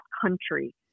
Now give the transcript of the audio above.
country